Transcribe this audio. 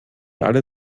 alle